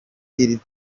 iri